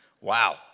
Wow